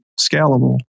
scalable